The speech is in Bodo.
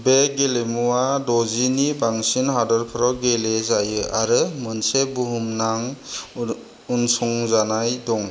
बे गेलेमुवा द'जिनि बांसिन हादोरफोराव गेले जायो आरो मोनसे बुहुमनां उन उनसंजानाय दं